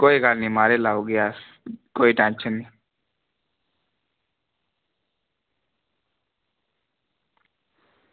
कोई गल्ल म्हाराज लाई ओड़गे अस कोई टेंशन निं